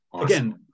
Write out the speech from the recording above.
Again